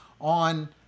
on